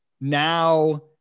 now